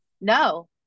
No